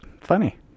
funny